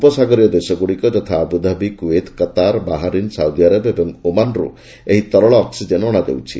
ଉପସାଗରୀୟ ଦେଶଗୁଡ଼ିକ ଯଥା Abu Dhabi Kuwait Qatar Bahrain Saudi Arabia ଏବଂ ଓମାନରୁ ଏହି ତରଳ ଅକ୍ସିଜେନ୍ ଅଶାଯାଉଛି